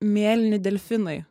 mėlyni delfinai